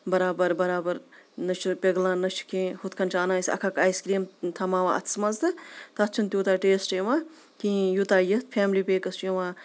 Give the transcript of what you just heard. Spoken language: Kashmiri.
بَرابَر بَرابَرا نہ چھِ پِگلان نہ چھِ کینٛہہ ہُتھ کَنۍ چھِ اَنان أسۍ اَکھ اَکھ آیِس کرٛیٖم تھَماوا اَتھَس منٛز تہٕ تَتھ چھُنہٕ تیوٗتاہ ٹیسٹ یِوان کِہیٖنۍ یوٗتاہ یِتھ فیملی پیکَس چھُ یِوان